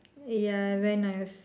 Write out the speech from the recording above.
ya when I was